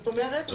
זאת אומרת,